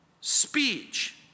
speech